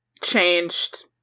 changed